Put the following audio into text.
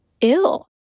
ill